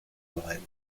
lorraine